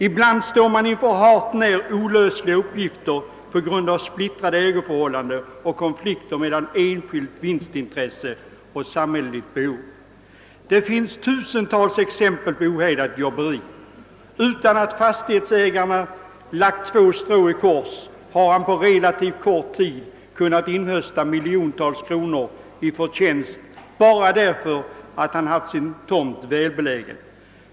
Ibland står man inför hart när olösliga uppgifter på grund av splittrade ägoförhållanden och konflikter mellan enskilt vinstintresse och samhälleligt behov. Det finns tusentals exempel på ohejdat jobberi. Utan att fastighetsägaren lagt två strån i kors har han på relativt kort tid kunnat inhösta miljontals kronor i förtjänst bara därför att han haft sin tomt välbelägen.